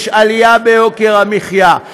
יש עלייה ביוקר המחיה.